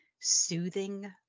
soothing